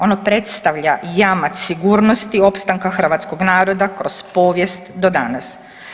Ono predstavlja jamac sigurnosti opstanka hrvatskog naroda kroz povijest do danas.